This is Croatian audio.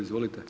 Izvolite.